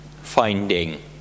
finding